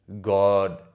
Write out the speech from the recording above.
God